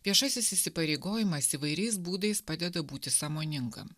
viešasis įsipareigojimas įvairiais būdais padeda būti sąmoningam